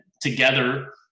together